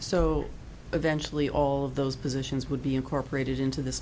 so eventually all of those positions would be incorporated into this